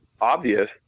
obvious